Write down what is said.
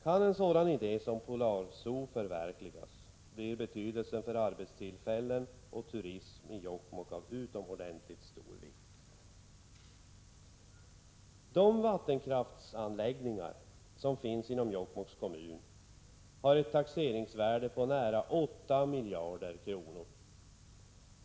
Kan en sådan idé som Polar Zoo förverkligas, blir betydelsen för arbetstillfällen och turism i Jokkmokk utomordentligt stor. De vattenkraftsanläggningar som finns inom Jokkmokks kommun har ett taxeringsvärde på nära 8 miljarder kronor.